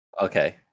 Okay